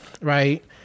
Right